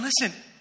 listen